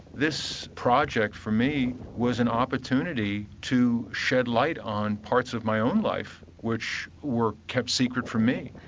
this project for me was an opportunity to shed light on parts of my own life which were kept secret from me.